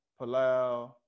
Palau